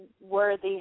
worthy